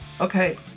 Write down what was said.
Okay